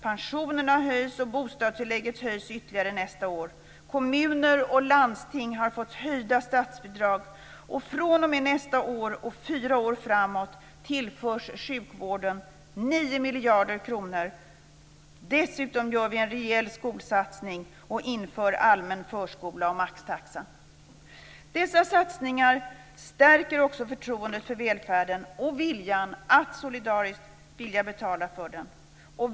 Pensionerna höjs och bostadstillägget höjs ytterligare nästa år. Kommuner och landsting har fått höjda statsbidrag. 9 miljarder kronor. Dessutom gör vi en rejäl skolsatsning och inför allmän förskola och maxtaxa. Dessa satsningar stärker också förtroendet för välfärden och viljan att solidariskt betala för den.